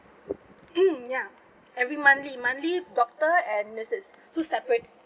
mm ya every monthly monthly doctor and nurses two separate